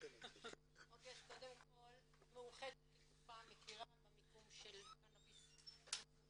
קודם כל מאוחדת כקופה מכירה במיקום של קנאביס רפואי